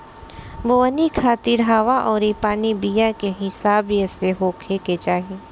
बोवनी खातिर हवा अउरी पानी बीया के हिसाब से होखे के चाही